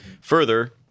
Further